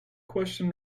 question